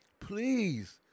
Please